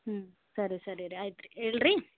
ಹ್ಞೂ ಸರಿ ಸರಿ ರೀ ಆಯ್ತು ರೀ ಇಡ್ಲಾ ರಿ